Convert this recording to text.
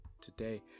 today